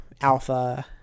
Alpha